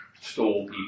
stole